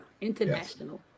international